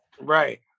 Right